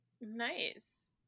Nice